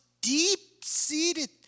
deep-seated